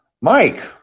Mike